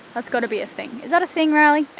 that's gotta be a thing. is that a thing riley?